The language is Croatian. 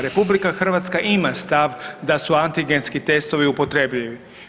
RH ima stav da su antigenski testovi upotrebljivi.